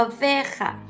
Oveja